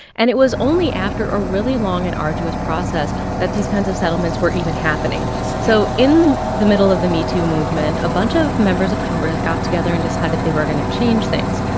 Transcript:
and it was only after a really long and arduous process that these kinds of settlements were even happening so in the middle of the metoo movement, a bunch of members of congress got together and decided they were going to change things.